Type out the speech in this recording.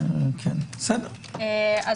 בסדר נקודה מעוניינת.